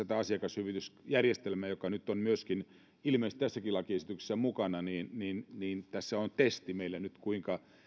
tämä asiakashyvitysjärjestelmä on nyt ilmeisesti tässäkin lakiesityksessä mukana että tässä on meille nyt testi kuinka